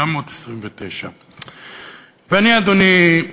929. אדוני,